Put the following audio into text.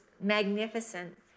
magnificent